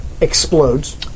explodes